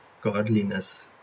godliness